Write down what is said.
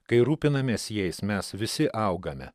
kai rūpinamės jais mes visi augame